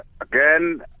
again